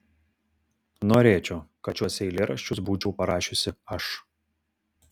norėčiau kad šiuos eilėraščius būčiau parašiusi aš